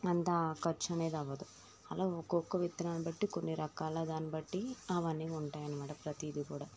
అంత ఖర్చు అనేది అవ్వదు అలా ఒక్కొక్క విత్తనాలను బట్టి కొన్ని రకాల దాన్నిబట్టి అవన్నీ ఉంటాయనమాట ప్రతీది కూడా